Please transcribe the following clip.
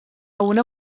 una